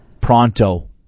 Pronto